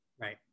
Right